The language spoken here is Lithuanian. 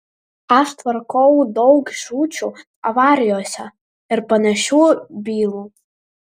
aš tvarkau daug žūčių avarijose ir panašių bylų